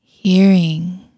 hearing